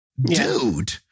Dude